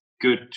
good